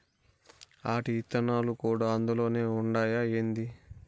ఆటి ఇత్తనాలు కూడా అందులోనే ఉండాయా ఏంది